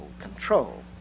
control